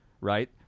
right